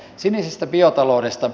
sinisestä biotaloudesta